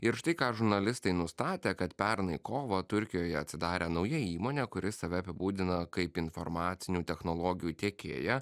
ir štai ką žurnalistai nustatė kad pernai kovą turkijoje atsidarė nauja įmonė kuri save apibūdina kaip informacinių technologijų tiekėją